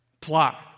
plot